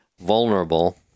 vulnerable